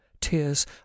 tears